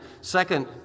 second